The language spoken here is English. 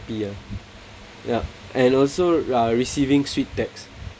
[ah} yup and also uh receiving sweet text